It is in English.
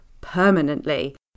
permanently